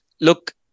look